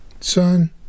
Son